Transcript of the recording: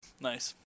Nice